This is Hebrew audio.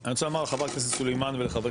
אני רוצה לומר לחברת הכנסת סלימאן ולחברי